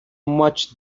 much